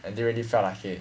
I didn't really felt like it